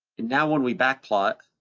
and now when we backplot,